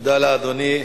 תודה לאדוני.